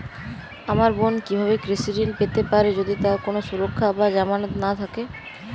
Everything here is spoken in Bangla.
আমার বোন কীভাবে কৃষি ঋণ পেতে পারে যদি তার কোনো সুরক্ষা বা জামানত না থাকে?